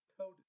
code